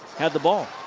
had the ball.